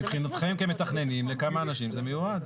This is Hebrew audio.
מבחינתכם, כמתכננים, לכמה אנשים זה מיועד?